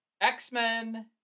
X-Men